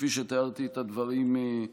כפי שתיארתי את הדברים קודם.